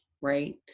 Right